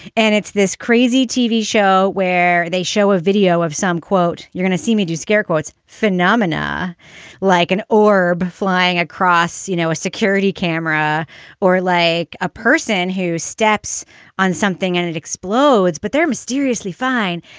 and it's this crazy tv show where they show a video of some quote, you're gonna see me do scare quotes, phenomena like an or b flying across, you know, a security camera or like a person who steps on something and it explodes, but they're mysteriously fine.